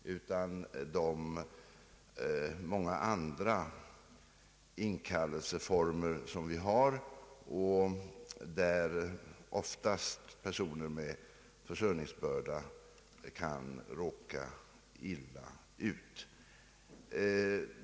I första hand måste tagas de många andra inkallelseformer vi har, där oftast personer med försörjningsskyldighet kan råka illa ut.